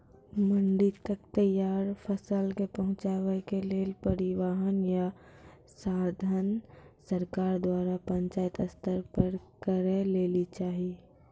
मंडी तक तैयार फसलक पहुँचावे के लेल परिवहनक या साधन सरकार द्वारा पंचायत स्तर पर करै लेली चाही?